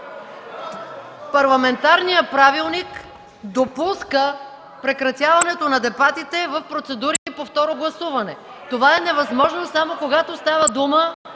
Парламентарният правилник допуска прекратяването на дебатите по процедура по второ гласуване. Това е невъзможно само когато става дума